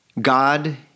God